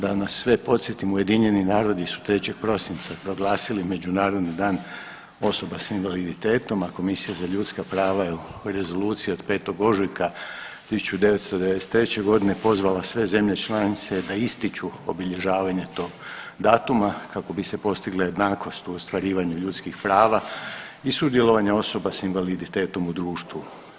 Da nas sve podsjetimo, UN su 3. prosinca proglasili Međunarodni dan osoba s invaliditetom, a Komisija za ljudska prava je u rezoluciji od 5. ožujka 1993.g. pozvala sve zemlje članice da ističu obilježavanje tog datuma kako bi se postigle jednakosti u ostvarivanju ljudskih prava i sudjelovanje osoba s invaliditetom u društvu.